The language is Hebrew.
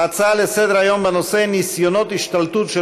להצעה לסדר-היום בנושא: ניסיונות השתלטות של